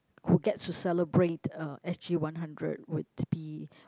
who get to celebrate uh s_g one hundred would be